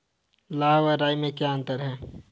लाह व राई में क्या अंतर है?